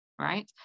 right